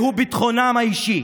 והוא ביטחונם האישי.